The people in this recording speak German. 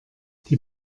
die